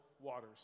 waters